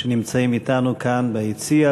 שנמצאים אתנו כאן ביציע.